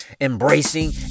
embracing